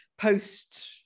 post